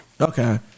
Okay